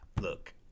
Look